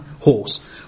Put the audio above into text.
horse